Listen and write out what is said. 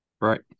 Right